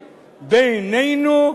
בינינו,